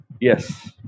Yes